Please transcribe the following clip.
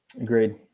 Agreed